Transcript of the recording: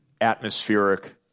atmospheric